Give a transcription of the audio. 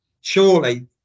surely